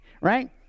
Right